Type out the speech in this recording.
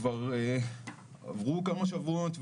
כאשר מדובר כמובן במערכת הרבה הרבה יותר קטנה מהמערכת האזרחית.